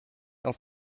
auf